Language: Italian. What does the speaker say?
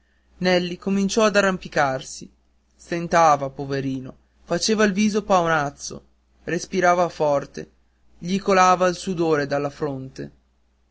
nelli cominciò a arrampicarsi stentava poverino faceva il viso pavonazzo respirava forte gli colava il sudore dalla fronte